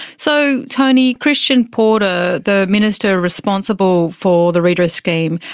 so, tony, christian porter, the minister responsible for the redress scheme,